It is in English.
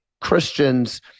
Christians